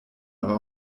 aber